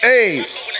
Hey